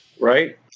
Right